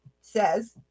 says